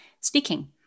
Speaking